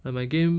like my game